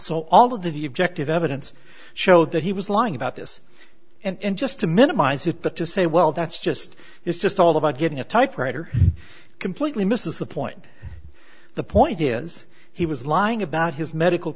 so all of the objective evidence showed that he was lying about this and just to minimize it but to say well that's just it's just all about getting a typewriter completely misses the point the point is he was lying about his medical